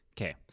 Okay